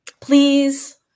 Please